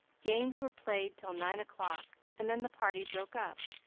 games were played till nine o'clock, and then the party broke up,